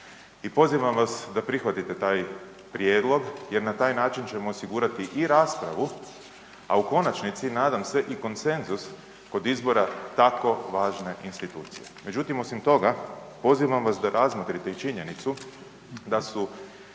i pozivam vas da prihvatite taj prijedlog jer na taj način ćemo osigurati i raspravu, a u konačnici nadam se i konsenzus kod izbora tako važne institucije. Međutim osim toga, pozivam vas da razmotrite i činjenicu da su